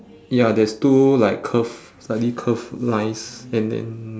ya there's two like curved slightly curved lines and then